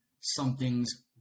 Something's